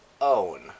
own